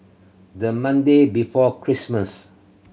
the Monday before Christmas